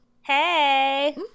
Hey